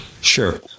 Sure